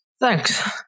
Thanks